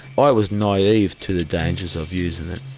i was naive to the dangers of using it.